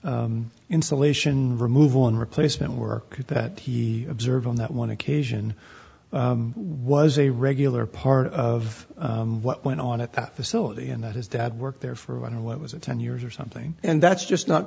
the insulation removal and replacement work that he observed on that one occasion was a regular part of what went on at that facility and that his dad worked there for one what was it ten years or something and that's just not